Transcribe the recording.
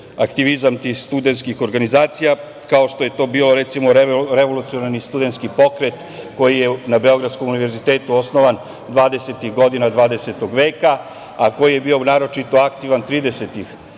aktivizam tih studentskih organizacija, kao što je to bio, recimo, Revolucionarni studentski pokret koji je na Beogradskom univerzitetu osnovan dvadesetih godina 20. veka, a koji je bio naročito aktivan tridesetih